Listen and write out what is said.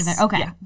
okay